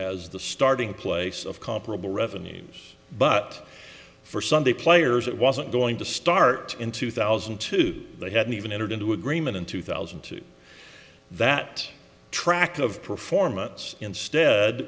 as the starting place of comparable revenues but for sunday players it wasn't going to start in two thousand and two they hadn't even entered into agreement in two thousand and two that track of performance instead